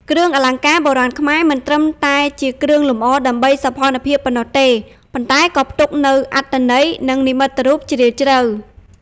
គ្រឿងអលង្ការបុរាណខ្មែរមិនត្រឹមតែជាគ្រឿងលម្អដើម្បីសោភ័ណភាពប៉ុណ្ណោះទេ ប៉ុន្តែក៏ផ្ទុកនូវ អត្ថន័យ និងនិមិត្តរូបជ្រាលជ្រៅ។